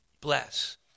Bless